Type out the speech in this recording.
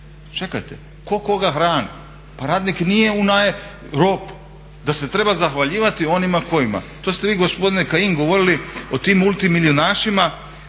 Čekajte, tko koga hrani? Pa radnik nije onaj rob da se treba zahvaljivati onima kojima. To ste vi gospodine Kajin govorili o tim multimilijunašima